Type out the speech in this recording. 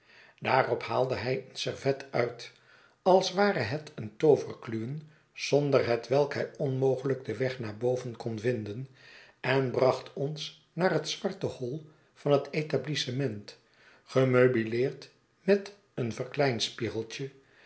daarop haalde hij een servet uit als ware het een tooverkluwen zonder hetwelk hy onmogelijk den weg naar boven kon vinden en bracht ons naar het zwarte hoi van het etablissement gemeubileerd met een